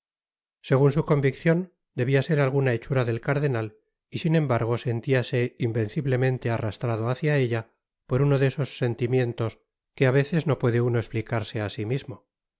segun su conviccion debia ser alguna hechura del cardenal y sin embargo sentiase invenciblemente arrastrado hácia ella por uno de esos sentimientos que á veces no puede uno esplicarse á si mismo